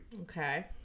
Okay